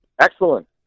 Excellent